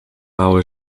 mały